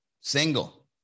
single